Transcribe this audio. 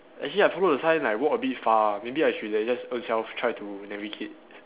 actually I follow the sign I walk a bit far maybe I should have just own self try to navigate